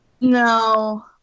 No